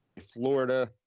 Florida